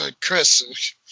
Chris